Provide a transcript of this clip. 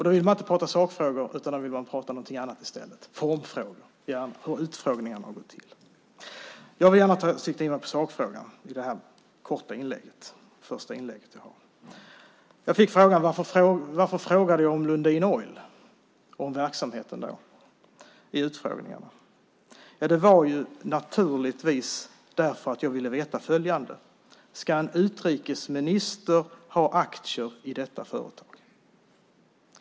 Då vill man inte prata sakfrågor, utan då vill man prata någonting annat i stället. Man vill gärna prata formfrågor och hur utfrågningarna har gått till. Jag vill gärna sikta in mig på sakfrågan i det här korta första inlägget jag har. Jag fick frågan varför jag vid utfrågningarna frågade om Lundin Oil och deras verksamhet. Ja, det var naturligtvis därför att jag ville veta följande: Ska en utrikesminister ha aktier i detta företag?